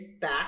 back